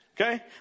Okay